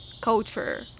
culture